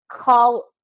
call